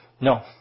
no